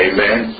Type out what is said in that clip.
Amen